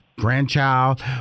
grandchild